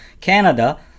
Canada